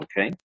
okay